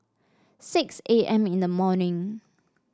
six A M in the morning